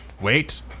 wait